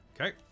Okay